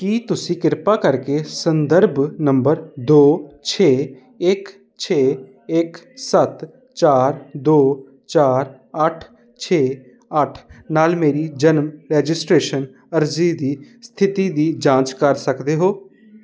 ਕੀ ਤੁਸੀਂ ਕਿਰਪਾ ਕਰਕੇ ਸੰਦਰਭ ਨੰਬਰ ਦੋ ਛੇ ਇੱਕ ਛੇ ਇੱਕ ਸੱਤ ਚਾਰ ਦੋ ਚਾਰ ਅੱਠ ਛੇ ਅੱਠ ਨਾਲ ਮੇਰੀ ਜਨਮ ਰਜਿਸਟ੍ਰੇਸ਼ਨ ਅਰਜ਼ੀ ਦੀ ਸਥਿਤੀ ਦੀ ਜਾਂਚ ਕਰ ਸਕਦੇ ਹੋ